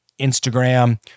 Instagram